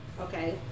Okay